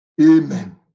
Amen